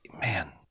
man